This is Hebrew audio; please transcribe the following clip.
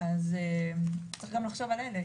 אז צריך גם לחשוב על אלה.